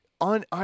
on